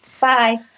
Bye